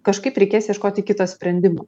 kažkaip reikės ieškoti kito sprendimo